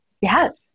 Yes